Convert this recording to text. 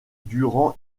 durant